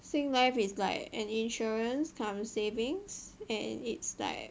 Singlife is like an insurance cum savings and it's like